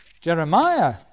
Jeremiah